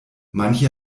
manche